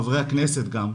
חברי הכנסת גם,